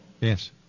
Yes